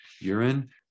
urine